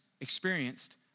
experienced